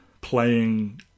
playing